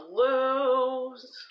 lose